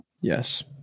Yes